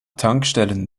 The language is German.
tankstellen